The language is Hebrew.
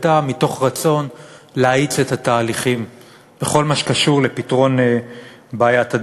רצון להאיץ את התהליכים בכל מה שקשור לפתרון בעיית הדיור,